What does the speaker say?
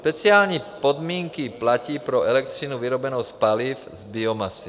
Speciální podmínky platí pro elektřinu vyrobenou z paliv z biomasy.